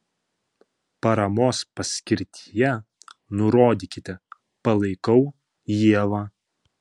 paramos paskirtyje nurodykite palaikau ievą